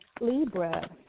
Libra